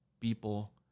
people